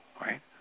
right